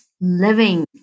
living